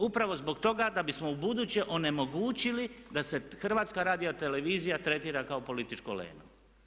Upravo zbog toga da bismo ubuduće onemogućili da se HRT tretira kao političko leno.